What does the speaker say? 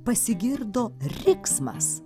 pasigirdo riksmas